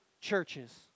churches